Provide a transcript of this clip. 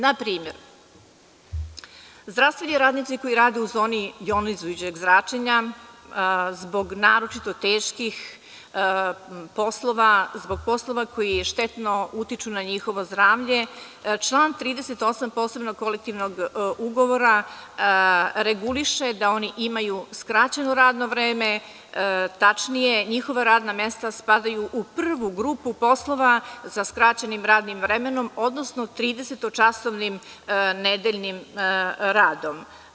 Na primer, zdravstveni radnici koji rade u zoni jonizujećeg zračenja, zbog naročito teških poslova, zbog poslova koji štetno utiču na njihovo zdravlje, član 38. posebnog kolektivnog ugovora reguliše da oni imaju skraćeno radno vreme, tačnije njihova radna mesta spadaju u prvu grupu poslova sa skraćenim radnim vremenom, odnosno 30 časova nedeljnim radom.